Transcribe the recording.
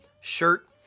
Shirt